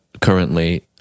currently